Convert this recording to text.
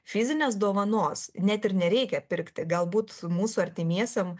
fizinės dovanos net ir nereikia pirkti galbūt mūsų artimiesiem